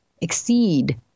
exceed